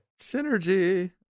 Synergy